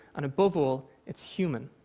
and above all, it's human.